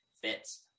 fits